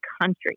country